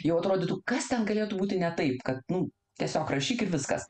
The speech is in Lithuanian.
jau atrodytų kas ten galėtų būti ne taip kad nu tiesiog rašyk ir viskas